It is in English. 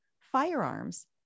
firearms